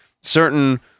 certain